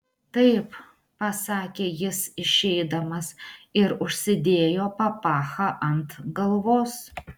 taip pasakė jis išeidamas ir užsidėjo papachą ant galvos